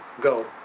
go